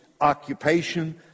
occupation